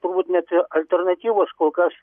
turbūt net alternatyvos kol kas